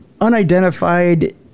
Unidentified